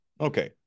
Okay